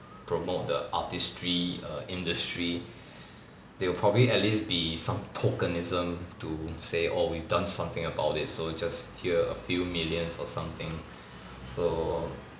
promote the artistry err industry there will probably at least be some tokenism to say oh we've done something about it so just here a few millions or something so